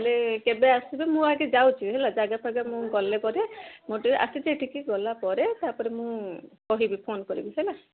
ତା'ହେଲେ କେବେ ଆସିବେ ମୁଁ ଆଗେ ଯାଉଛି ହେଲା ଜାଗା ଫାଗା ମୁଁ ଗଲେ ପରେ ମୁଁ ଟିକେ ଆସିଛି ଗଲା ପରେ ତା'ପରେ ମୁଁ କହିବି ଫୋନ୍ କରିବି ହେଲା